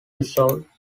resolve